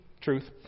truth